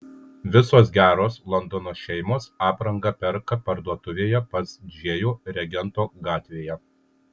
visos geros londono šeimos aprangą perka parduotuvėje pas džėjų regento gatvėje